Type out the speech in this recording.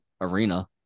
arena